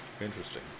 Interesting